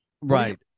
right